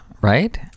right